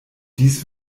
dies